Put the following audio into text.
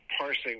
parsing